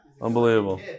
Unbelievable